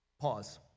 Pause